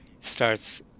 starts